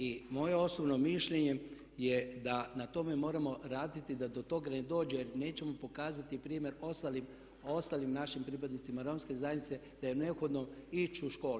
I moje osobno mišljenje je da na tome moramo raditi, da do tog ne dođe, jer nećemo pokazati primjer ostalim našim pripadnicima romske zajednice da je neophodno ići u škole.